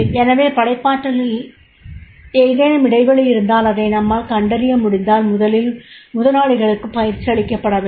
எனவே படைப்பாற்றலில் ஏதேனும் இடைவெளி இருந்தால் அதை நம்மால் கண்டறிய முடிந்தால் முதலில் முதலாளிகளுக்குப் பயிற்சி அளிக்கப்பட வேண்டும்